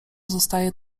zostaje